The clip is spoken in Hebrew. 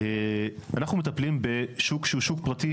אנחנו מטפלים בשוק שהוא שוק פרטי,